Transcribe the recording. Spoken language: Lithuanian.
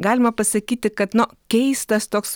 galima pasakyti kad na keistas toks